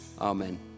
Amen